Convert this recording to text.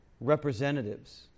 representatives